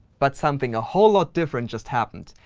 but something a whole lot different just happened.